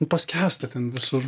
nu paskęsta ten visur